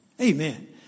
Amen